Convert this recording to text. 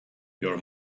your